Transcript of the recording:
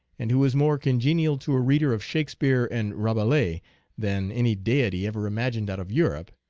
and who is more congenial to a reader of shakespeare and rabelais than any deity ever imagined out of europe,